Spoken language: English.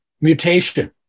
mutation